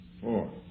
four